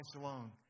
alone